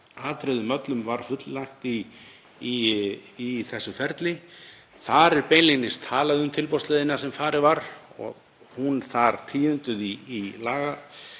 atriðum öllum var fullnægt í þessu ferli. Það er beinlínis talað um tilboðsleiðina sem farið var í, hún er tíunduð í